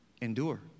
endure